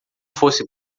fosse